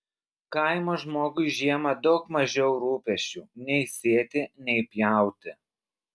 kaimo žmogui žiemą daug mažiau rūpesčių nei sėti nei pjauti